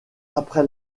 après